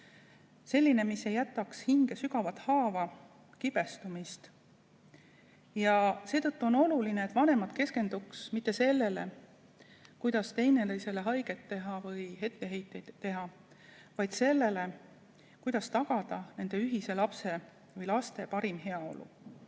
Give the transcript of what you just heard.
et hinge ei jääks sügavat haava, kibestumist. Seetõttu on oluline, et vanemad keskenduks mitte sellele, kuidas teineteisele haiget või etteheiteid teha, vaid sellele, kuidas tagada nende ühise lapse või laste parim heaolu.